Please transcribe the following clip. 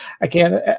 Again